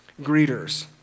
Greeters